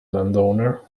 landowner